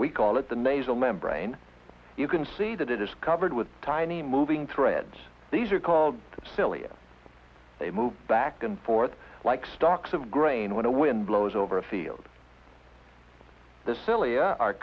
we call it the nasal membrane you can see that it is covered with tiny moving threads these are called cilia they move back and forth like stocks of grain when a wind blows over a field the sillier are